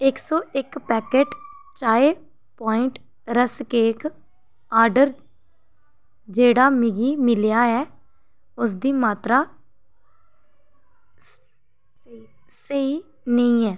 इक सौ इक पैकट चाय प्वाइंट रस केक आर्डर जेह्ड़ा मिगी मिलेआ ऐ उसदी मात्तरा स्हेई नेईं ऐ